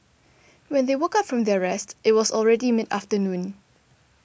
when they woke up from their rest it was already mid afternoon